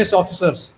officers